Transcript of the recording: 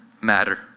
matter